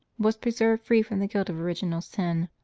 was preserved free from the guilt of original sin,